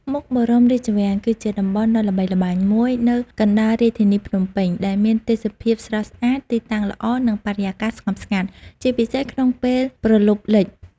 មុខបរមរាជវាំង គឺជាតំបន់ដ៏ល្បីល្បាញមួយនៅកណ្ដាលរាជធានីភ្នំពេញ ដែលមានទេសភាពស្រស់ស្អាត ទីតាំងល្អ និងបរិយាកាសស្ងប់ស្ងាត់ ជាពិសេសក្នុងពេលព្រលប់លិច។